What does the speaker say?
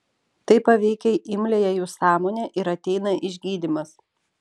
tai paveikia imliąją jų sąmonę ir ateina išgydymas